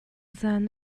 zaan